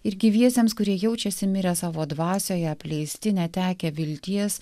ir gyviesiems kurie jaučiasi mirę savo dvasioje apleisti netekę vilties